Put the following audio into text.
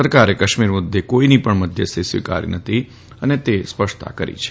સરકારે કાશ્મીર મુદ્દે કોઇની પણ મધ્યસ્થી સ્વીકારી નથી એ સ્પષ્ટતા કરી છે